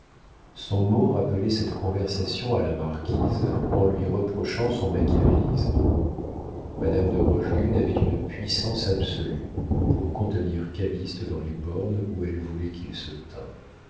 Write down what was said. son mot rappelait cette conversation à la marquise en lui reprochant son machiavélisme madame de rochegude avait une puissance absolue pour contenir calyste dans les bornes où elle voulait qu'il se tînt